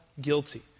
guilty